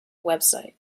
website